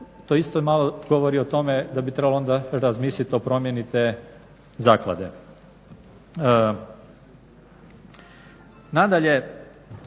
to isto malo govori o tome da bi trebalo onda razmisliti o promjeni te zaklade.